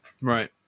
Right